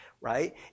right